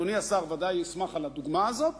אדוני השר בוודאי ישמח על הדוגמה הזאת: